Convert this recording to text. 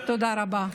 תודה רבה.